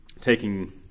taking